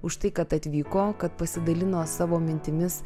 už tai kad atvyko kad pasidalino savo mintimis